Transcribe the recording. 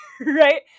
right